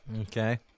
Okay